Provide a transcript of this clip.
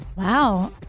Wow